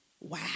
Wow